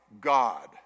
God